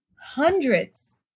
hundreds